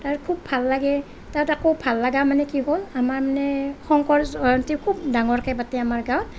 তাৰ খুব ভাল লাগে তাত আকৌ ভাল লাগা মানে কি হ'ল আমাৰ মানে শংকৰ জয়ন্তী খুব ডাঙৰকে পাতে আমাৰ গাঁৱত